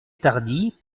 tardy